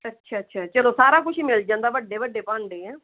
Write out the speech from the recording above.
ਅੱਛਾ ਅੱਛਾ ਚਲੋ ਸਾਰਾ ਕੁਝ ਹੀ ਮਿਲ ਜਾਂਦਾ ਵੱਡੇ ਵੱਡੇ ਭਾਂਡੇ ਆ